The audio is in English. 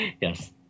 Yes